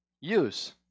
use